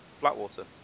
Flatwater